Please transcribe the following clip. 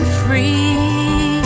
free